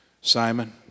Simon